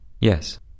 Yes